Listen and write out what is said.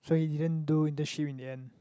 so you didn't do internship in the end